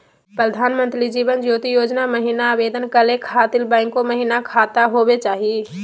प्रधानमंत्री जीवन ज्योति योजना महिना आवेदन करै खातिर बैंको महिना खाता होवे चाही?